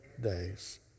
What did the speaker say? days